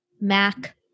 Mac